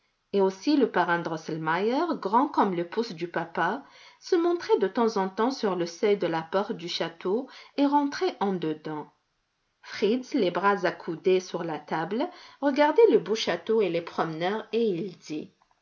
et aussi le parrain drosselmeier grand comme le pouce du papa se montrait de temps en temps sur le seuil de la porte du château et rentrait en dedans fritz les bras accoudés sur la table regardait le beau château et les promeneurs et il dit